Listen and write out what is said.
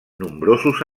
nombrosos